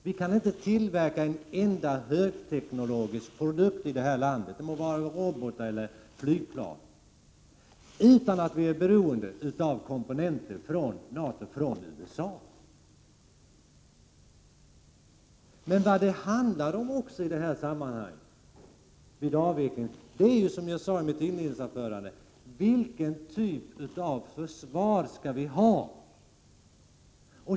Vi kan inte tillverka en enda högteknologisk produkt i detta land, det må vara robotar eller flygplan, utan komponenter som vi är beroende av att få från NATO, från USA. Det handlar i detta sammanhang, som jag sade i mitt inledningsanförande, om vilken typ av försvar vi skall ha.